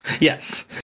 Yes